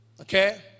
okay